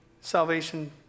salvation